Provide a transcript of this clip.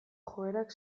joerak